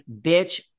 bitch